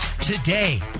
today